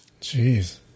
Jeez